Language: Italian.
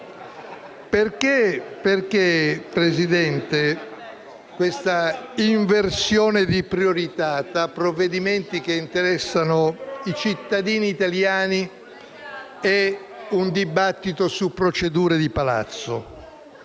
Perché questa inversione di priorità da provvedimenti che interessano i cittadini italiani a un dibattito su procedure di palazzo?